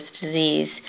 disease